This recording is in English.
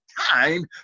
time